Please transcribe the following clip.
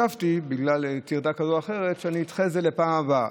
ובגלל טרדה כזו או אחרת חשבתי שאדחה את זה לפעם הבאה.